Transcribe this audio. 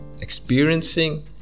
experiencing